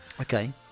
okay